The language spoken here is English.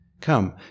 Come